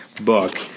book